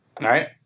right